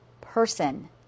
person